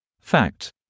Fact